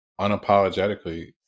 unapologetically